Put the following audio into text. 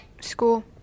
School